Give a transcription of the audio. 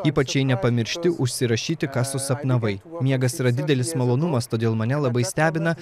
ypač jei nepamiršti užsirašyti ką susapnavai miegas yra didelis malonumas todėl mane labai stebina